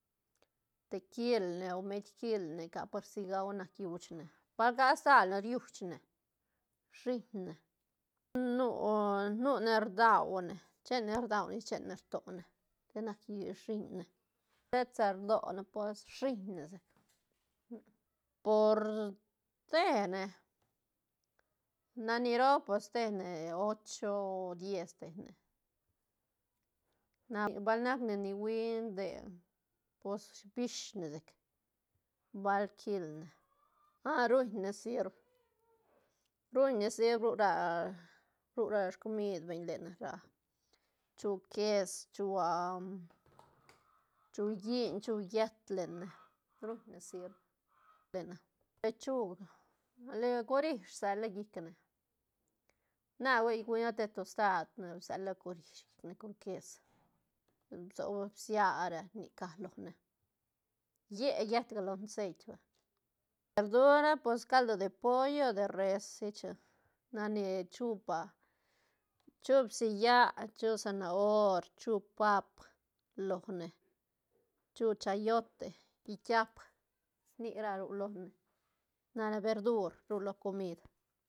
Te kilne o med kilne ica par si gagua nac iuch ne, bal rca stal ne iruch ne shiñ ne, nu- nu ne rdau ne chen ne rdaune chen ne rto ne te nac is siñne shetsa rdone pues shiñne sec por te ne na ni roo pues te ne ocho o diez te ne na, bal nac ne ni uiñ nde pos bish ne sec bal kilne ah ruñne sirb ruñne sirb ru ra- ru ra scomid beñ ne ra chu ques chu chu lliñ chu yët ne ruñne sirb lechuga le colish rsela llicne, na hui guña te tostad na bsela colish llicne con ques bsoba bsia ra nic rca lone, yié yëtga lo ceit vay, per dura pues caldo de pollo o de res nac ni chu pa chu bsia yä chu zanahori chu paap lone chu chayote gitiap nic ra ru lone na ra verdur ru lo comid.